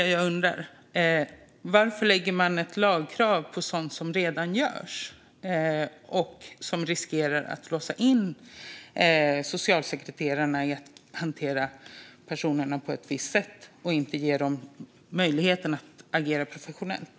Varför lägger man fram ett lagkrav på sådant som redan görs och som riskerar att låsa in socialsekreterarna i att hantera personerna på ett visst sätt? På så sätt ges socialsekreterarna inte möjlighet att agera professionellt.